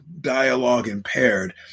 dialogue-impaired